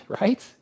right